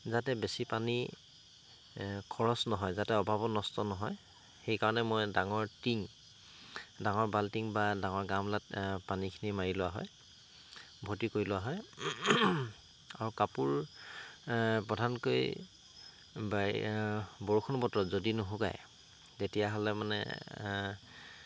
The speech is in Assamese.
যাতে বেছি পানী খৰচ নহয় যাতে অবাবত নষ্ট নহয় সেইকাৰণে মই ডাঙৰ টিং ডাঙৰ বাল্টিং বা ডাঙৰ গামলাত পানীখিনি মাৰি লোৱা হয় ভৰ্তি কৰি লোৱা হয় আৰু কাপোৰ প্ৰধানকৈ বৰষুণ বতৰত যদি নুশুকাই তেতিয়াহ'লে মানে